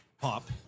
Pop